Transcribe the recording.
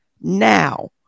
now